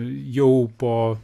jau po